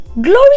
Glory